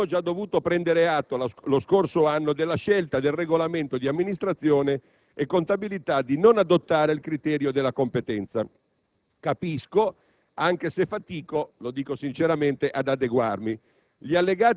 Abbiamo già dovuto prendere atto, lo scorso anno, della scelta del Regolamento di amministrazione e contabilità di non adottare il criterio della competenza. Capisco, anche se fatico - lo dico sinceramente - ad adeguarmi.